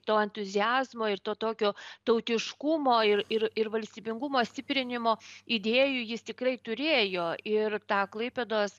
to entuziazmo ir to tokio tautiškumo ir ir ir valstybingumo stiprinimo idėjų jis tikrai turėjo ir tą klaipėdos